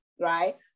right